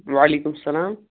وعلیکُم اسلام